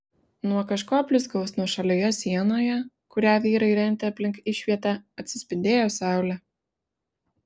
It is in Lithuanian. nuo kažko blizgaus nuošalioje sienoje kurią vyrai rentė aplink išvietę atsispindėjo saulė